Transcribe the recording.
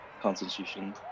constitution